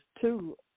two